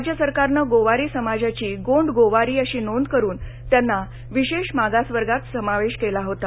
राज्य सरकारनं गोवारी समाजाची गोंड गोवारी अशी नोंद करून त्यांचा विशेष मागासवर्गात समावेश केला होता